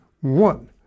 one